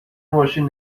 ماشین